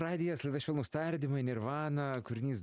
radijas laida švelnūs tardymai nirvana kūrinys